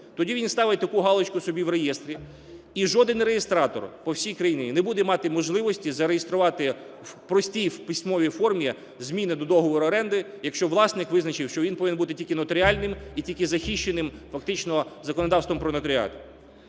Тоді він ставить таку галочку собі в реєстрі - і жоден реєстратор по всій країні не буде мати можливості зареєструвати в простій в письмовій формі зміни до договору оренди, якщо власник визначив, що він повинен бути тільки нотаріальним і тільки захищеним фактично законодавством про нотаріат.